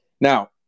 now